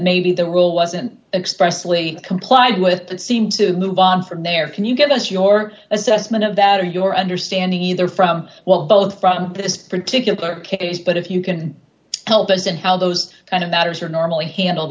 maybe there will wasn't expressly complied with that seems to move on from there can you give us your assessment of that or your understanding either from what both from this particular case but if you can help us in how those kind of matters are normally handled